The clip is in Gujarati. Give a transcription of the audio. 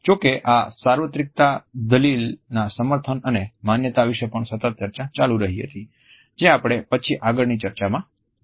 જો કે આ સાર્વત્રિકતા દલીલના સમર્થન અને માન્યતા વિશે પણ સતત ચર્ચા ચાલુ રહી હતી જે આપણે પછી આગળની ચર્ચાઓમાં જોશું